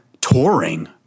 touring